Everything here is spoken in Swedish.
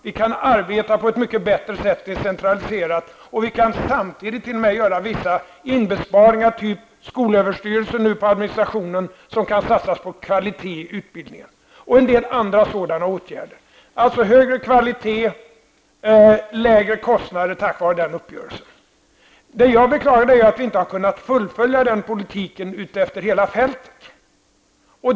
Vi kan arbeta på ett mycket bättre sätt genom att decentralisera, och vi kan samtidigt t.o.m. göra vissa besparingar, såsom i fråga om skolöverstyrelsen och administrationen, som i stället kan satsas på kvaliteten inom utbildning. Det är också fråga om en del andra sådana åtgärder. Vi får alltså högre kvalitet och lägre kostnader tack vare den uppgörelsen. Vad jag beklagar är att vi inte har kunnat fullfölja den politiken utefter hela fältet.